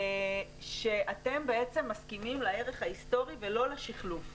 שאתם בעצם מסכימים לערך ההיסטורי ולא לשיחלוף,